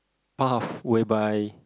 path whereby